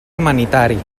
humanitari